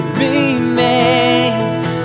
remains